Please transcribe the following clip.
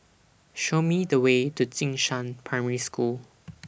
Show Me The Way to Jing Shan Primary School